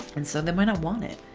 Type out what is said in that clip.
and so they might not want it.